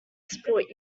support